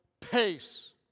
pace